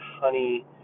honey